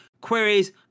queries